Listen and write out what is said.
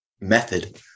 method